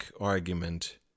argument